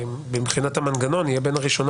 יואב דיבר באריכות על הפרוצדורות ואני חותמת על כל מילה.